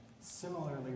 similarly